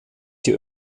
die